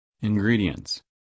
Ingredients